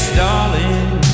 darling